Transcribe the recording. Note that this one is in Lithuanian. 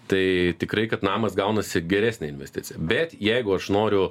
tai tikrai kad namas gaunasi geresnė investicija bet jeigu aš noriu